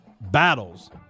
battles